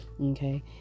okay